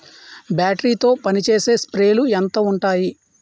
Battery తో పనిచేసే స్ప్రేలు ఎంత ఉంటాయి?